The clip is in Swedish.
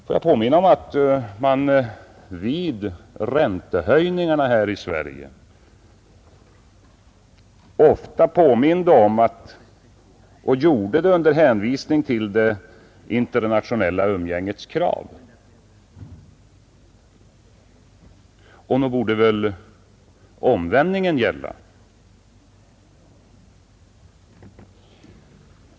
Får jag påminna om att man vid räntehöjningarna här i Sverige ofta angivit att man höjde räntan under hänvisning till det internationella lägets krav. Nog borde väl också det omvända förhållandet gälla.